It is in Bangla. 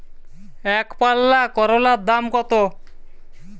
একপাল্লা করলার দাম কত?